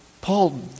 Paul